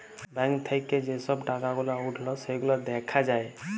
bank থাক্যে যে সব টাকা গুলা উঠল সেগুলা দ্যাখা যায়